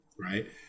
Right